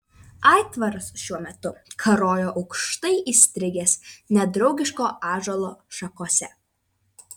aitvaras šiuo metu karojo aukštai įstrigęs nedraugiško ąžuolo šakose